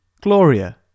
Gloria